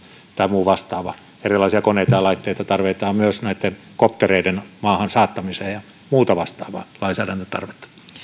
tai muu vastaava erilaisia koneita ja laitteita tarvitaan myös näitten koptereiden maahan saattamiseen ja muuta vastaavaa lainsäädäntötarvetta